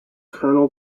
kernel